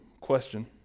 question